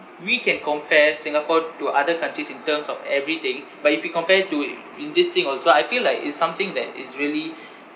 we can compare singapore to other countries in terms of everything but if you compare to it in this thing also so I feel like it's something that is really